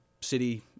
city